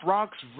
Rocks